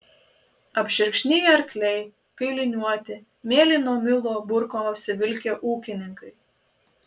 apšerkšniję arkliai kailiniuoti mėlyno milo burkom apsivilkę ūkininkai